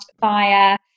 via